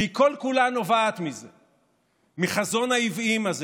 והיא כל-כולה נובעת מחזון העוועים הזה,